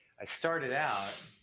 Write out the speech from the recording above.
i started out